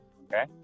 Okay